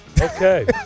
Okay